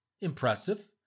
Impressive